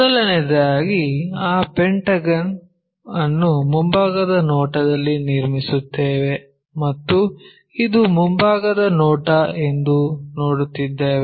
ಮೊದಲನೆಯದಾಗಿ ಆ ಪೆಂಟಗನ್ ಅನ್ನು ಮುಂಭಾಗದ ನೋಟದಲ್ಲಿ ನಿರ್ಮಿಸುತ್ತೇವೆ ಮತ್ತು ಇದು ಮುಂಭಾಗದ ನೋಟ ಎಂದು ನೋಡುತ್ತಿದ್ದೇವೆ